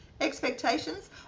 Expectations